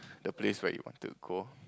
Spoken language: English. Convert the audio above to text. the place where you wanted to go